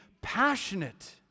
passionate